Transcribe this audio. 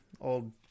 old